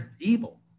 evil